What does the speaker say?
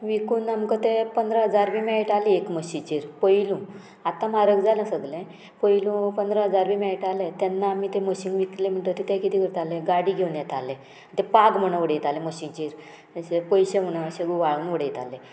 विकून आमकां ते पंदरा हजार बी मेळटाले एक म्हशीचेर पयलू आतां म्हारग जाला सगलें पयलू पंदरा हजार बी मेळटाले तेन्ना आमी ते म्हशी विकले म्हणटगीर ते कितें करताले गाडी घेवन येताले ते पाग म्हणून उडयताले म्हशीचेर पयशे म्हणोन अशे हुंवाळून उडयताले